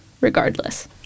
regardless